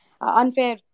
unfair